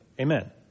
Amen